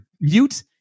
mute